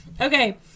Okay